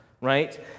right